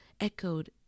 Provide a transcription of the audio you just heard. echoed